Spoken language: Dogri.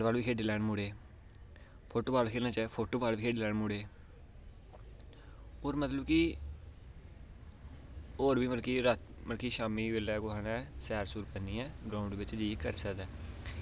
मतलब की बैट बॉल खेढ़ी लैन फुटबॉल खेढ़ना चाह्न तां फुटबॉल बी खेल्ली लैन मुड़े होर होर मतलब की शामीं बेल्लै सैर करनी ऐ ग्रांऊड बिच करी सकदा ऐ